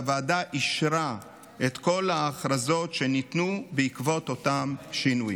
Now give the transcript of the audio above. והוועדה אישרה את כל ההכרזות שניתנו בעקבות אותם שינויים.